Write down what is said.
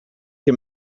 che